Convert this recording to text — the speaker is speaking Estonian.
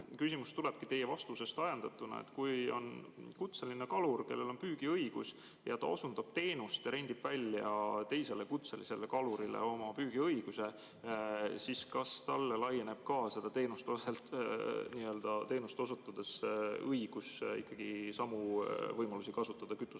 küsimus tulebki teie vastusest ajendatuna. Kui on kutseline kalur, kellel on püügiõigus, ja ta osutab teenust, rendib teisele kutselisele kalurile oma püügiõiguse, siis kas talle laieneb seda teenust osutades õigus kasutada samu võimalusi kütusevaldkonnas?